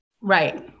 Right